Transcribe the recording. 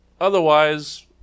otherwise